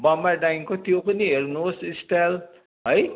बम्बई डायिङको त्यो पनि हेर्नु होस् स्टाइल है